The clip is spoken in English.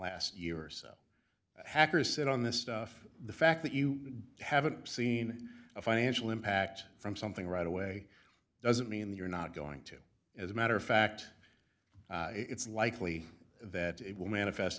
last year or so hackers said on this stuff the fact that you haven't seen a financial impact from something right away doesn't mean you're not going to as a matter of fact it's likely that it will manifest